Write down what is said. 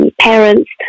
parents